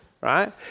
right